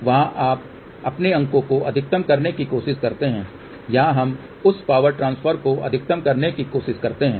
वहाँ आप अपने अंकों को अधिकतम करने की कोशिश करते हैं यहाँ हम उस पावर ट्रांसफर को अधिकतम करने की कोशिश करते हैं